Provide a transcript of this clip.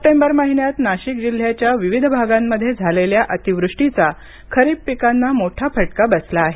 September महिन्यात नाशिक जिल्ह्याच्या विविध भागांमध्ये झालेल्या अतिवृष्टीचा खरीप पिकांना मोठा फटका बसला आहे